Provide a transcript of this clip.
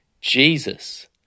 Jesus